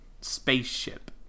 spaceship